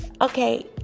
okay